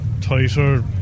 tighter